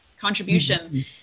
contribution